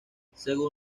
según